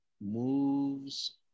Moves